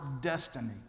destiny